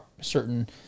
certain